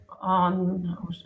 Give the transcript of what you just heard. on